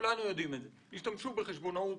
כולנו יודעים שהשתמשו בחשבונאות